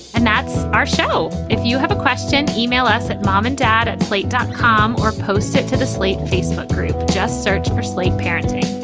and that's our show. if you have a question, email us at mom and dad at plate dot com or post it to the slate facebook group. just search for slate parenting.